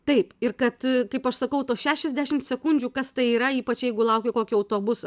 taip ir kad kaip aš sakau tos šešiasdešimt sekundžių kas tai yra ypač jeigu lauki kokio autobuso